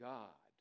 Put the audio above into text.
God